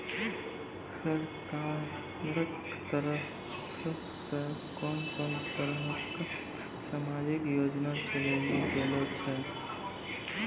सरकारक तरफ सॅ कून कून तरहक समाजिक योजना चलेली गेलै ये?